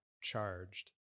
charged